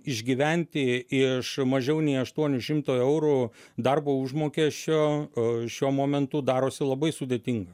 išgyventi iš mažiau nei aštuonių šimtų eurų darbo užmokesčio šiuo momentu darosi labai sudėtinga